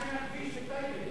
מה עם הכביש לטייבה?